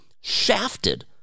shafted